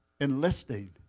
enlisting